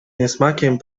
niesmakiem